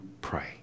pray